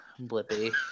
Blippi